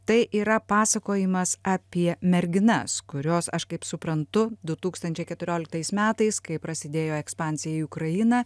tai yra pasakojimas apie merginas kurios aš kaip suprantu du tūkstančiai keturioliktais metais kai prasidėjo ekspansija į ukrainą